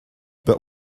but